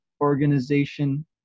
organization